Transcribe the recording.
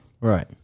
Right